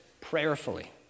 prayerfully